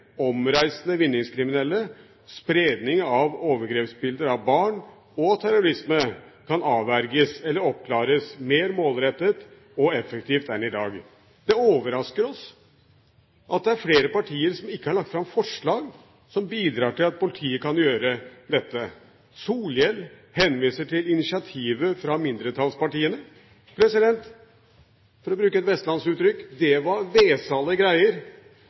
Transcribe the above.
omreisende vinningskriminelle, spredning av overgrepsbilder av barn og terrorisme kan avverges eller oppklares mer målrettet og effektivt enn i dag. Det overrasker oss at det er flere partier som ikke har lagt fram forslag som bidrar til at politiet kan gjøre dette. Representanten Solhjell henviser til initiativet fra mindretallspartiene – og for å bruke et vestlandsuttrykk: Det var vesale greier!